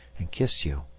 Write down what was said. and kissed you.